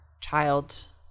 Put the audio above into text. child